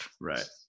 Right